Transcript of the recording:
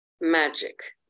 magic